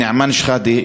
נעמן שחאדה,